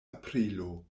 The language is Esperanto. aprilo